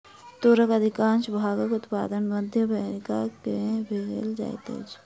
तूरक अधिकाँश भागक उत्पादन मध्य अमेरिका में कयल जाइत अछि